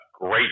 great